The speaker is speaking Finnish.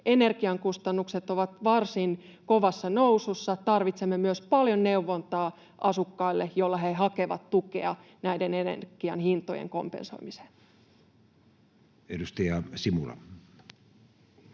energian kustannukset ovat varsin kovassa nousussa, tarvitsemme myös paljon neuvontaa asukkaille, kun he hakevat tukea näiden energian hintojen kompensoimiseen. [Speech